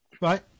Right